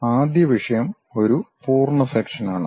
ആദ്യ വിഷയം ഒരു പൂർണ്ണ സെക്ഷൻ ആണ്